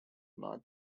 not